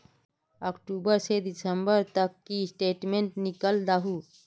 अक्टूबर से दिसंबर तक की स्टेटमेंट निकल दाहू?